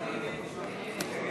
הוצאות שונות,